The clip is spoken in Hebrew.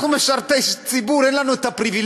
אנחנו משרתי ציבור, אין לנו את הפריבילגיה.